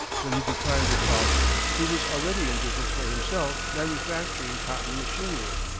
when he declined this offer he was already in business for himself manufacturing cotton machinery.